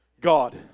God